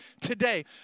today